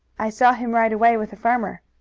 i saw him ride away with a farmer.